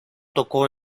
tocó